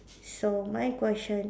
so my question